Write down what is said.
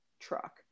Truck